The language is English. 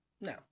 No